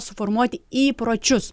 suformuoti įpročius